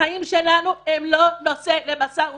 החיים שלנו הם לא נושא למשא ומתן.